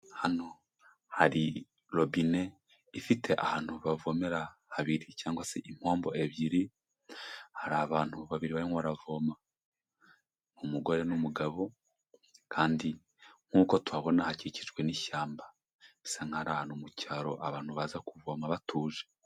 Hano hari robine ifite ahantu bavomera habiri cyangwa se impombo ebyiri, hari abantu babiri barimo baravoma, umugore n'umugabo kandi nkuko tuhabona hakikijwe n'ishyamba, bisa nkaho ari ahantu mu cyaro abantu baza kuvoma batuje.